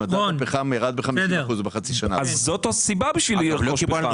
אז זאת סיבה לרכוש פחם.